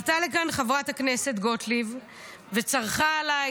עלתה לכאן חברת הכנסת גוטליב וצרחה עליי